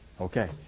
Okay